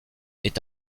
est